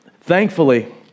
Thankfully